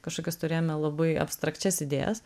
kažkokias turėjome labai abstrakčias idėjas